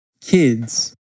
kids